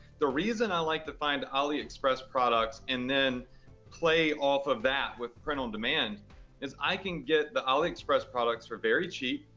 the reason i like to find aliexpress products and then play off of that with print on demand is i can get the aliexpress products for very cheap.